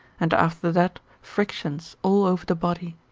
and after that frictions all over the body.